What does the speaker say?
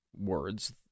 words